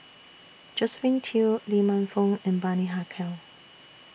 Josephine Teo Lee Man Fong and Bani Haykal